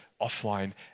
offline